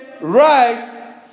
right